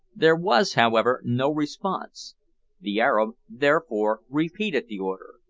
there was, however, no response the arab therefore repeated the order,